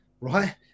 right